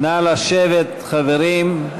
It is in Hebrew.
נא לשבת, חברים.